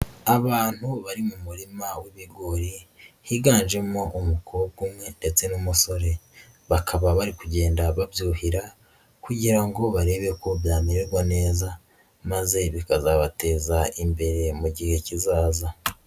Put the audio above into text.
Abantu bari mu murima w'ibigori, higanjemo umukobwa umwe ndetse n'umusore, bakaba bari kugenda babyuhira kugira ngo barebe ko byamererwa neza maze bikazabateza imbere mu gihe kizaza.